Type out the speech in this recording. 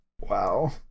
wow